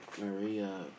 Maria